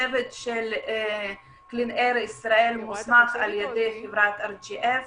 הצוות של קלין אייר ישראל מוסמך על ידי חברת RGF